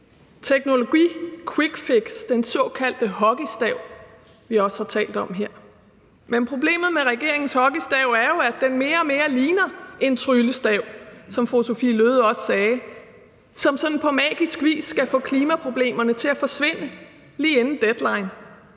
teknologiquickfix, den såkaldte hockeystav, som vi også har talt om her. Men problemet med regeringens hockeystav er jo, at den mere og mere ligner en tryllestav – som fru Sophie Løhde også sagde – som på magisk vis skal få klimaproblemerne til at forsvinde lige inden deadline.